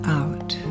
out